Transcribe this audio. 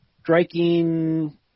Striking